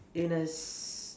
in a s~